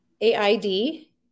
A-I-D